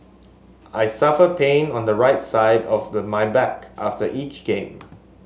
I suffer pain on the right side of my back after each game